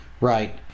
Right